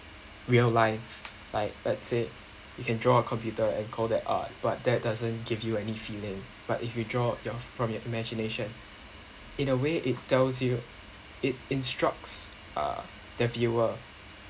real life like let's say you can draw a computer and call that art but that doesn't give you any feeling but if you draw your from your imagination in a way it tells you it instructs uh the viewer